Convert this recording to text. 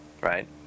Right